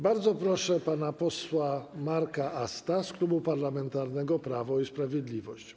Bardzo proszę pana posła Marka Asta z Klubu Parlamentarnego Prawo i Sprawiedliwość.